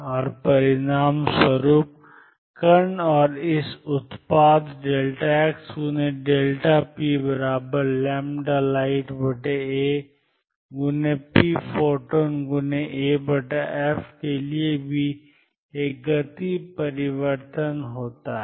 और परिणामस्वरूप कण और इस उत्पाद xplightapphotonaf के लिए भी एक गति परिवर्तन होता है